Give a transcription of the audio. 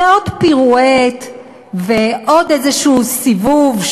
זה עוד פירואט ועוד איזשהו סיבוב,